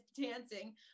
dancing